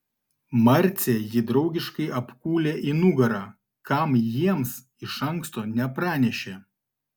marcė jį draugiškai apkūlė į nugarą kam jiems iš anksto nepranešė